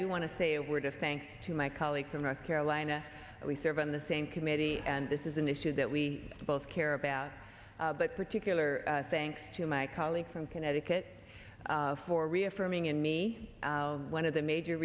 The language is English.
do want to say a word of thanks to my colleague from north carolina we serve on the same committee and this is an issue that we both care about but particular thanks to my colleague from connecticut for reaffirming in me one of the major